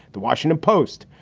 the washington post.